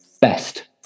best